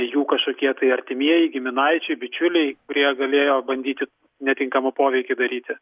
jų kažkokie tai artimieji giminaičiai bičiuliai kurie galėjo bandyti netinkamą poveikį daryti